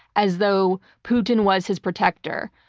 as though putin was his protector.